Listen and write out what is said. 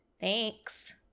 Thanks